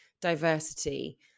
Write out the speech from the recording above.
diversity